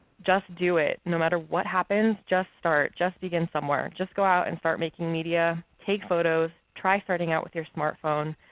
just do it. no matter what happens, just start. just begin somewhere. just go out and start making media. take photos. try starting out with your smart phone,